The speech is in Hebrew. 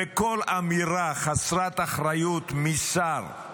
וכל אמירה חסרת אחריות משר,